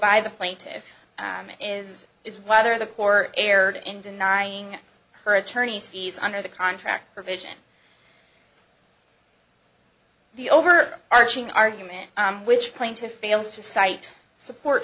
by the plaintiffs is is whether the court erred in denying her attorneys fees under the contract provision the over arching argument which plaintiff fails to cite support